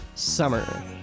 Summer